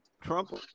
Trump